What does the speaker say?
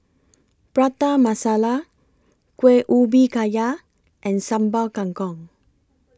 Prata Masala Kueh Ubi Kayu and Sambal Kangkong